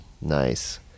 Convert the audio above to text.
Nice